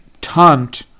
taunt